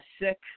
sick